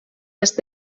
est